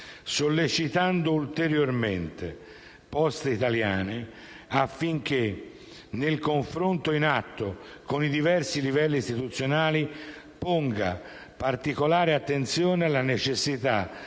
sollecitando ulteriormente Poste italiane SpA affinché, nel confronto in atto con i diversi livelli istituzionali, ponga particolare attenzione alla necessità